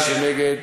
מי שנגד,